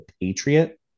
Patriot